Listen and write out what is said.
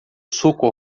suco